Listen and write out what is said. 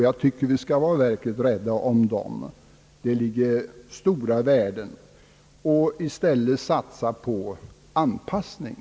Jag tycker att vi skall vara verkligt rädda om dem — där ligger stora värden — och i stället satsa på anpassning.